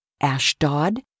Ashdod